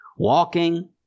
walking